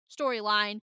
storyline